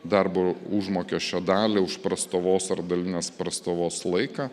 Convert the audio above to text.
darbo užmokesčio dalį už prastovos ar dalinės prastovos laiką